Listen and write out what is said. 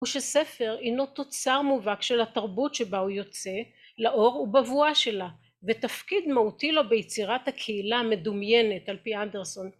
הוא שספר אינו תוצר מובהק של התרבות שבה הוא יוצא, לאור הוא בבואה שלה ותפקיד מהותי לו ביצירת הקהילה המדומיינת על פי אנדרסון